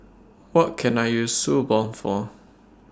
What Can I use Suu Balm For